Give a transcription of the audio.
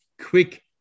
quick